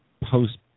post